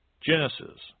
Genesis